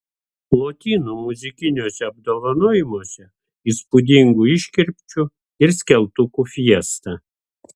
lotynų muzikiniuose apdovanojimuose įspūdingų iškirpčių ir skeltukų fiesta